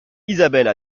isabelle